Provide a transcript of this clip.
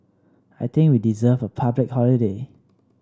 I think we deserve a public holiday